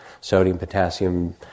sodium-potassium